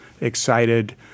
excited